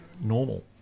normal